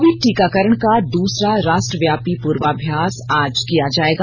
Covid टीकाकरण का दूसरा राष्ट्रव्यापी पूर्वाभ्यास आज किया जायेगा